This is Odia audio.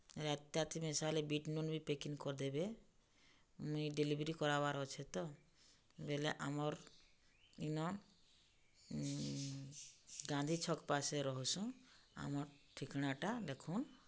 ରାଇତାତି ମିଶାଲେ ବିଟ୍ନୁନ୍ ବି ପେକିଙ୍ଗ୍ କରିଦେବେ ମୁଇଁ ଡେଲିଭରି କରାବାର୍ ଅଛେ ତ ବେଲେ ଆମର୍ ଇନ ଗାନ୍ଧୀ ଛକ୍ ପାସେ ରହେସୁଁ ଆମର୍ ଠିକଣାଟା ଦେଖୁନ୍